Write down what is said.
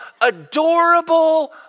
adorable